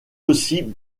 aussi